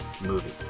movie